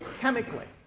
chemically.